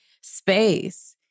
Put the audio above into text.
space